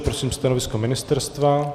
Prosím stanovisko ministerstva.